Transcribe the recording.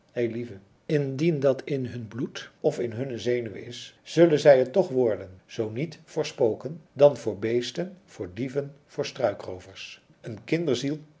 eilieve indien dat in hun bloed of in hunne zenuwen is zullen zij het toch worden zoo niet voor spoken dan voor beesten voor dieven voor struikroovers eene kinderziel